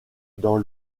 dans